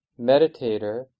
meditator